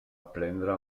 prendre